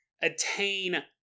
attain